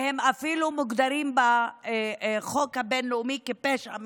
והן אפילו מוגדרות בחוק הבין-לאומי כפשע מלחמה,